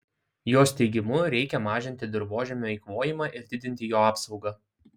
jos teigimu reikia mažinti dirvožemio eikvojimą ir didinti jo apsaugą